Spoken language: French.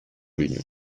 l’union